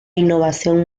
innovación